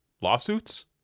Lawsuits